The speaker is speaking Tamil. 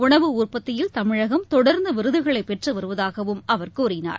உணவு உற்பத்தியில் தமிழகம் தொடர்ந்து விருதுகளை பெற்று வருவதாகவும் அவர் கூறினார்